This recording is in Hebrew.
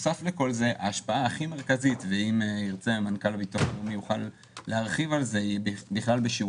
מה שקרה במדד משפיע על כולם ובנוסף לכל זה ההשפעה הכי מרכזית,